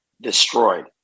destroyed